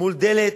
מול דלת,